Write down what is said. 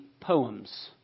poems